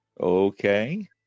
Okay